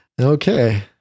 Okay